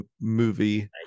movie